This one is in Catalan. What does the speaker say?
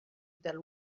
del